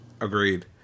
agreed